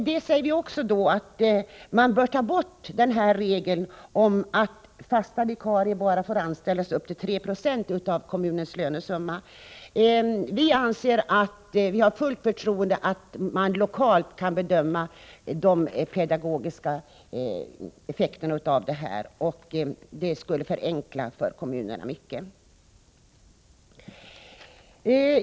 Vi säger också att regeln att fasta vikarier bara får anställas upp till 3 90 av kommunens lönesumma bör tas bort. Vi har fullt förtroende för att man lokalt kan bedöma de pedagogiska effekterna, och en sådan ändring skulle förenkla mycket för kommunerna.